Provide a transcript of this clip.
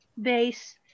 base